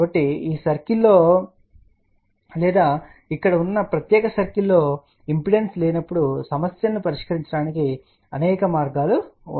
కాబట్టి ఈ సర్కిల్లో లేదా ఇక్కడ ఉన్న ఈ ప్రత్యేక సర్కిల్లో ఇంపిడెన్స్ లేనప్పుడు సమస్యలను పరిష్కరించడానికి అనేక మార్గాలు ఉన్నాయి